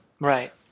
Right